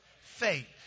Faith